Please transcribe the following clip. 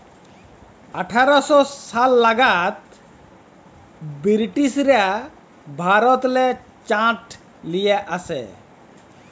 আঠার শ সাল লাগাদ বিরটিশরা ভারতেল্লে চাঁট লিয়ে আসে